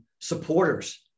supporters